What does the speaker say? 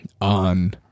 on